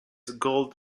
gold